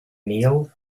kneel